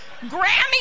Grammy